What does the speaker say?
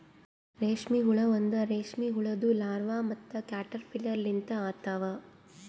ರೇಷ್ಮೆ ಹುಳ ಒಂದ್ ರೇಷ್ಮೆ ಹುಳುದು ಲಾರ್ವಾ ಮತ್ತ ಕ್ಯಾಟರ್ಪಿಲ್ಲರ್ ಲಿಂತ ಆತವ್